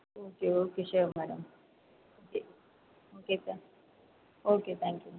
okay okay sure madam okay okay தே okay thank you madam